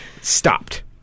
stopped